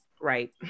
Right